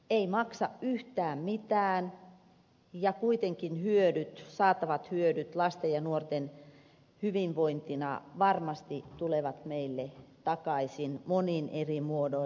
ei maksa yhtään mitään ja kuitenkin saatavat hyödyt lasten ja nuorten hyvinvointina varmasti tulevat meille takaisin monin eri muodoin